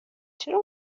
چرا